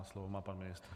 Slovo má pan ministr.